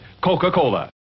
Coca-Cola